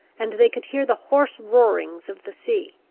and they could hear the hoarse roarings of the sea.